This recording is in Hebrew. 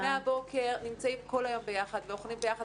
מהבוקר נמצאים כל היום ביחד ואוכלים ביחד